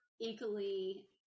equally